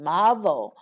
Marvel